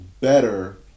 better